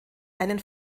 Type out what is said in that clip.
einen